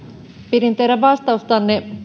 pidin teidän vastaustanne